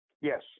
Yes